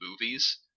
movies